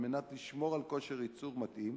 כדי לשמור על כושר ייצור מתאים